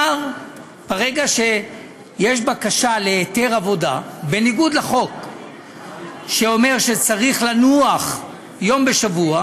ברגע שיש בקשה להיתר עבודה בניגוד לחוק שאומר שצריך לנוח יום בשבוע,